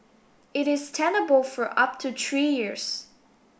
it is tenable for up to three years